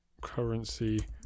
Currency